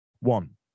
One